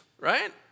right